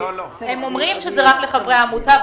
הם אומרים שזה רק לחברי העמותה.